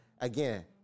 again